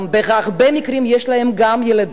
בהרבה מקרים יש להן גם ילדים,